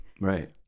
Right